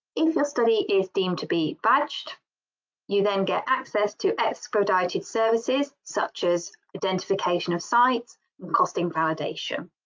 if your study is deemed to be badged you then get access to expedited services such as identification of sites and costing validation.